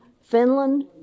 Finland